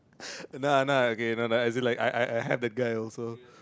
no no okay as in like I I have the guy also